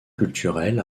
culturelle